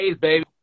baby